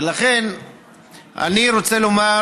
אני רוצה לומר